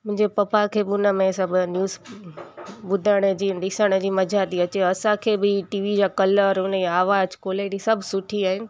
मुंहिंजे पप्पा खे बि उनमें सभु न्यूज़ ॿुधण जी ऐं ॾिसण जी मज़ा थी अचे असांखे बि टीवी जा कलर उनजी आवाज क्वालिटी सभु सुठी आहिनि